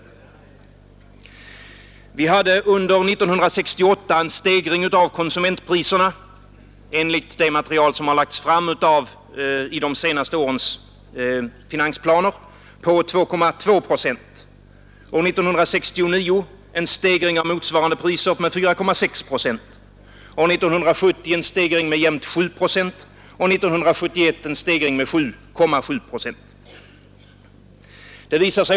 Vi hade under 1968 en stegring av konsumentpriserna — enligt det material som lagts fram i de senaste årens finansplaner — på 2,2 procent. År 1969 var det en stegring av motsvarande priser med 4,6 procent. År 1970 var det en stegring med jämnt 7 procent och år 1971 en stegring med 7,7 procent.